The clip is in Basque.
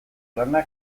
lana